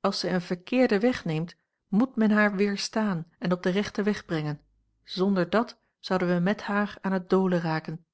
als zij een verkeerden weg neemt moet men haar weerstaan en op den rechten weg brengen zonder dàt zouden wij met haar aan het dolen raken